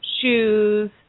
shoes